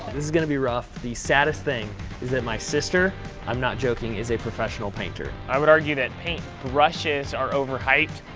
this is going to be rough. the saddest thing is that my sister i'm not joking is a professional painter. i would argue that paint brushes are over hyped,